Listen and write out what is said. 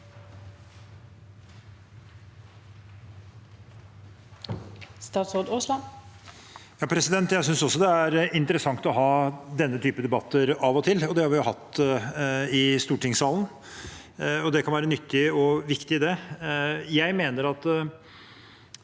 Jeg synes også det er interessant å ha denne typen debatter av og til, og det har vi jo hatt i stortingssalen. Det kan være nyttig og viktig.